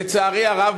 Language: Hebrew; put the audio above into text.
לצערי הרב,